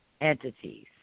entities